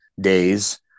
days